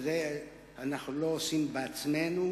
את זה אנחנו לא עושים בעצמנו,